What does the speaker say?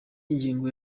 ingingo